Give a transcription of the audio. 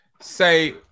Say